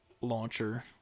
launcher